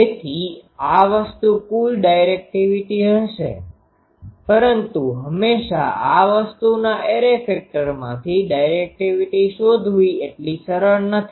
તેથી આ વસ્તુ કુલ ડાયરેક્ટિવિટી હશે પરંતુ હંમેશા આ વસ્તુના એરે ફેક્ટરમાંથી ડાયરેક્ટિવિટી શોધવી એટલી સરળ નથી